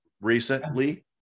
recently